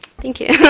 thank you.